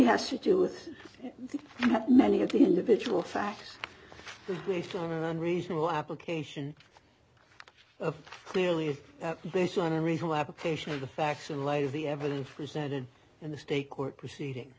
has to do with you have many of the individual facts based on an unreasonable application of clearly based on reason application of the facts in light of the evidence presented in the state court proceeding